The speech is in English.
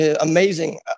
amazing